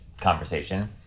conversation